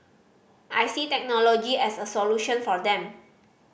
I see technology as a solution for them